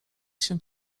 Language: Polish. się